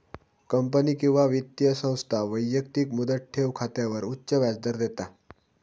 company किंवा वित्तीय संस्था व्यक्तिक मुदत ठेव खात्यावर उच्च व्याजदर देता